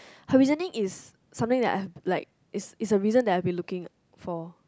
her reasoning is something that I've like it's it's a reason that I have been looking for